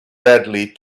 deadly